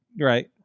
Right